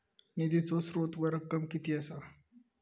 निधीचो स्त्रोत व रक्कम कीती असा?